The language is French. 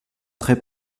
très